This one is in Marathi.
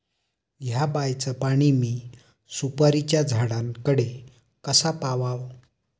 हया बायचा पाणी मी सुपारीच्या झाडान कडे कसा पावाव?